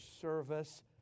service